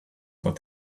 that